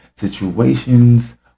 Situations